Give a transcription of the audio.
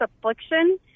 affliction